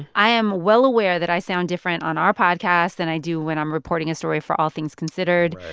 i am well aware that i sound different on our podcast than i do when i'm reporting a story for all things considered.